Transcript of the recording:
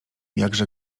jakże